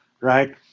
right